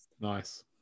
nice